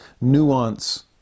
nuance